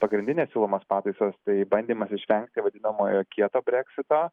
pagrindine siūlomos pataisos tai bandymas išvengti vadinamojo kieto breksito